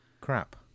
crap